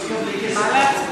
לא תקבלי כסף,